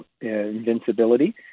invincibility